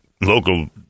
Local